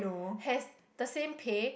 has the same pay